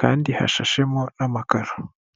kandi hashashemo n'amakaro.